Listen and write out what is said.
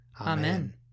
Amen